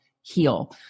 heal